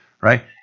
right